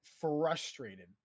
frustrated